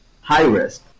high-risk